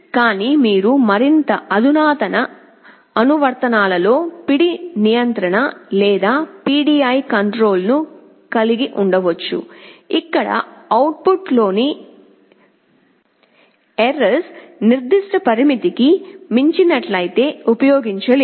కానీ మీరు మరింత అధునాతన అనువర్తనాల్లో పిడి నియంత్రణ లేదా PDI కంట్రోల్ ను కలిగి ఉండవచ్చు ఇక్కడ అవుట్ పుట్లోని ఎర్రర్స్ నిర్దిష్ట పరిమితికి మించినట్లయితే ఉపయోగించలేరు